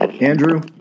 Andrew